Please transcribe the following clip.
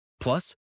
Plus